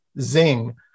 zing